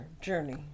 journey